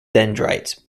dendrites